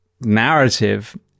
narrative